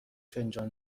فنجان